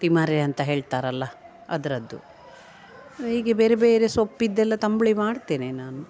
ತಿಮರೆ ಅಂತ ಹೇಳ್ತಾರಲ್ಲ ಅದರದ್ದು ಹೀಗೆ ಬೇರೆ ಬೇರೆ ಸೊಪ್ಪಿನದ್ದೆಲ್ಲ ತಂಬುಳಿ ಮಾಡ್ತೇನೆ ನಾನು